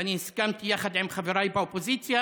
ואני הסכמתי יחד עם חבריי באופוזיציה.